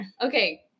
Okay